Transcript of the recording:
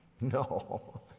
no